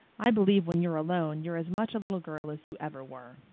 i believe when you're alone you're as much a little girl as you ever were.